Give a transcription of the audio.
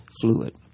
fluid